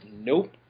nope